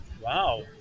Wow